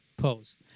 pose